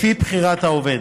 לפי בחירת העובד.